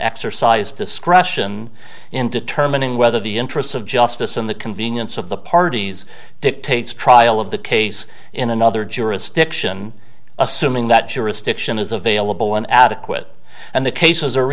exercise discretion in determining whether the interests of justice and the convenience of the parties dictates trial of the case in another jurisdiction assuming that jurisdiction is available when adequate and the cases are